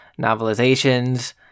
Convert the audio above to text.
novelizations